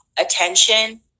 attention